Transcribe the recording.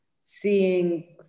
seeing